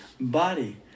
body